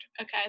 okay